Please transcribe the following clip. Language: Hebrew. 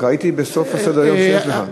ראיתי בסוף סדר-היום שיש לך.